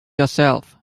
yourself